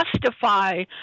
justify